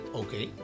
okay